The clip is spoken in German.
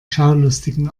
schaulustigen